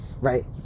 right